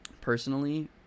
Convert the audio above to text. personally